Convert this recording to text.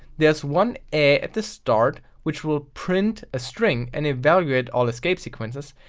there is one ae at the start, which will print a string, and evaluating all escape sequences.